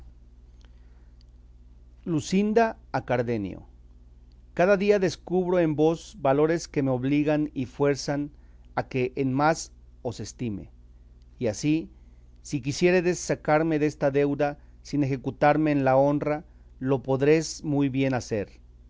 luscinda a cardenio cada día descubro en vos valores que me obligan y fuerzan a que en más os estime y así si quisiéredes sacarme desta deuda sin ejecutarme en la honra lo podréis muy bien hacer